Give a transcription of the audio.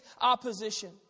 opposition